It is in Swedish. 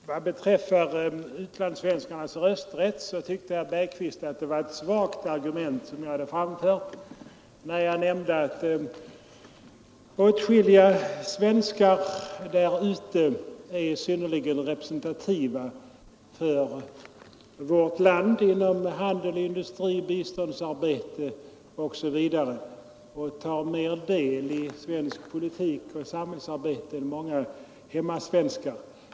Fru talman! Vad beträffar utlandssvenskarnas rösträtt tyckte herr Bergqvist att det var ett svagt argument jag framförde, när jag nämnde att åtskilliga svenskar där ute är synnerligen representativa för vårt land inom handel, industri, biståndsarbete osv. — och tar mer del i svensk politik och svenskt samhällsarbete än många hemmasvenskar.